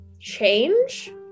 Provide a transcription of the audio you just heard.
change